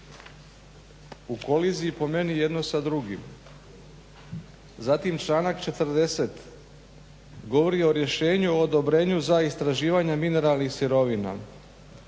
u koliziji je po meni jedno sa drugim. Zatim članak 40. govori o rješenju i odobrenju za istraživanja mineralnih sirovina.